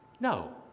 No